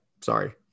sorry